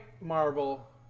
marble